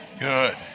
Good